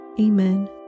Amen